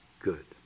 good